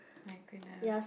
my goodness